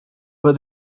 but